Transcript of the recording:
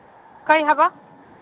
ꯀꯔꯤ ꯍꯥꯏꯕ